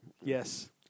Yes